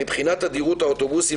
מבחינת תדירות האוטובוסים,